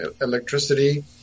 electricity